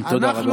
תודה רבה.